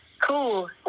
Cool